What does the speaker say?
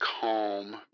calm